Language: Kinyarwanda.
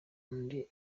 undi